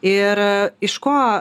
ir iš ko